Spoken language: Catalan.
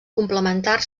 complementar